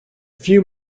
few